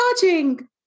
charging